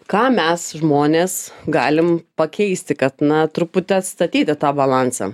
ką mes žmonės galim pakeisti kad na truputį atstatyti tą balansą